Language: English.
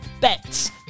Bets